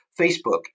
Facebook